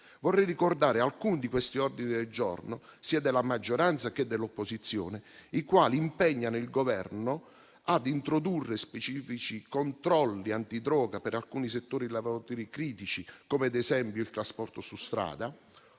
Vorrei ricordare alcuni di questi ordini del giorno, sia della maggioranza, sia dell'opposizione, i quali impegnano il Governo ad introdurre specifici controlli antidroga per alcuni settori e lavoratori critici, come ad esempio il trasporto su strada,